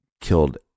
killed